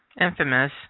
infamous